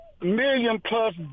million-plus